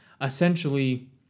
Essentially